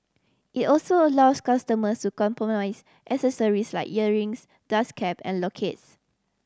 it also allows customers to customise accessories like earrings dust cap and lockets